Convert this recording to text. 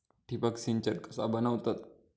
ठिबक सिंचन कसा बनवतत?